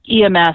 EMS